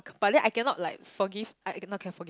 but then I cannot like forgive I I cannot can forgive